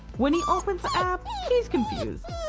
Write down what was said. when he opens the app, he's confused.